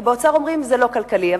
כי באוצר אומרים שזה לא כלכלי,